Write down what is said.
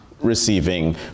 receiving